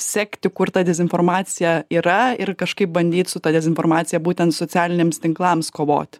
sekti kur ta dezinformacija yra ir kažkaip bandyt su ta dezinformacija būtent socialiniams tinklams kovoti